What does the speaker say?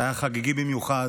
שהיה חגיגי במיוחד,